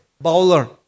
bowler